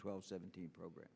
twelve seventeen program